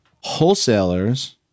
Wholesalers